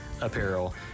apparel